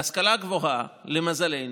ההשכלה גבוהה, למזלנו,